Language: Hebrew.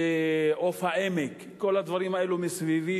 ו"עוף העמק" כל הדברים האלה שהם מסביבי,